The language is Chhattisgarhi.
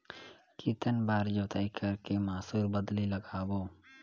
कितन बार जोताई कर के मसूर बदले लगाबो?